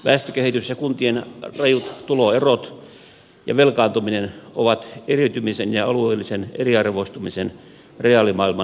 väestökehitys ja kuntien rajut tuloerot ja velkaantuminen ovat eriytymisen ja alueellisen eriarvoistumisen reaalimaailman mittareita